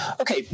Okay